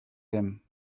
him